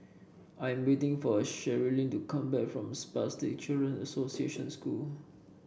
I am waiting for Cherilyn to come back from Spastic Children Association School